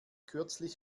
kürzlich